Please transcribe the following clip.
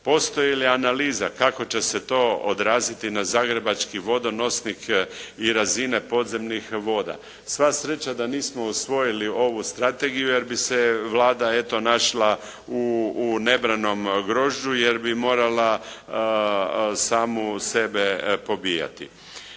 Postoji li analiza kako će se to odraziti na zagrebački vodonosnik i razine podzemnih voda? Sva sreća da nismo usvojili ovu strategiju jer bi se Vlada eto našla u nebranom grožđu jer bi morala samu sebe pobijati.